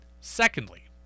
Secondly